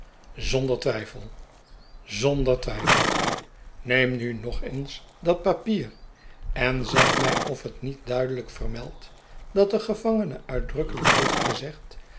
zonder twijfel zonder twijfel neem nu nog eens dat papier en zeg mij of het niet duidelijk vermeldt dat de gevangene uitdrukkelijk heeft gezegd